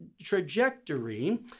trajectory